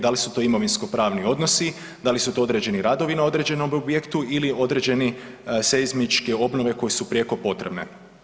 Da li su to imovinskopravni odnosi, da li su to određeni radovi na određenom objektu ili određeni seizmičke obnove koje su prijeko potrebne.